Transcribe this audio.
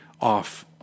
off